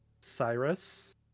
Cyrus